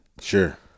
Sure